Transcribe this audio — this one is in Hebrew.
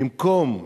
במקום "דתו"